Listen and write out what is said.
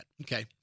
Okay